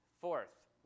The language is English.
Fourth